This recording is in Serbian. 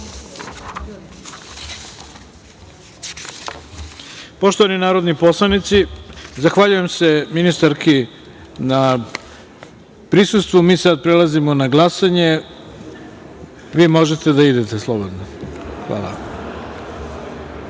zakona. Poštovani narodni poslanici, zahvaljujem se ministarki na prisustvu. Mi sada prelazimo na glasanje, vi možete da idete slobodno.